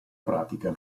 pratica